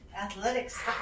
Athletics